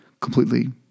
completely